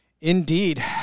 Indeed